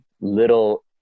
little